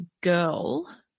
girl